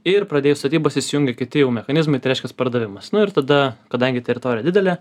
ir pradėjus statybas įsijungia kiti jau mechanizmai tai reiškias pardavimas nu ir tada kadangi teritorija didelė